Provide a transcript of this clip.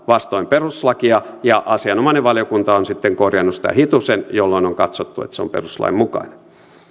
vastoin perustuslakia ja asianomainen valiokunta on sitten korjannut sitä hitusen jolloin on katsottu että se on perustuslain mukainen